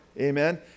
amen